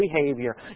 behavior